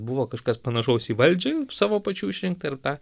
buvo kažkas panašaus į valdžią savo pačių išrinktą ir tą